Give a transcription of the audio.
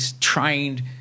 trained